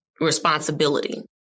responsibility